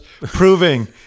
proving